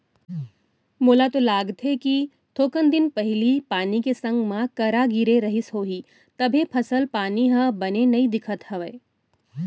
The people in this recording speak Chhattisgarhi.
मोला तो लागथे कि थोकन दिन पहिली पानी के संग मा करा गिरे रहिस होही तभे फसल पानी ह बने नइ दिखत हवय